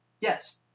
Yes